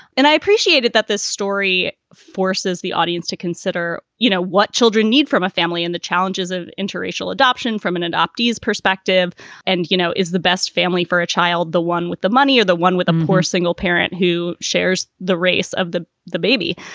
and i appreciated that this story forces the audience to consider, you know, what children need from a family and the challenges of interracial adoption from an adoptee's perspective and you know, is the best family for a child, the one with the money or the one with a poor single parent who shares the race of the the baby.